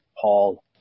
Paul